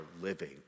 living